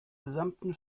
gesamten